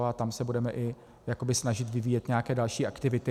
A tam se budeme i jakoby snažit vyvíjet nějaké další aktivity.